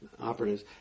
operatives